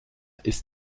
ist